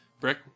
Brick